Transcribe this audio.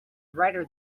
writer